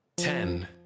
Ten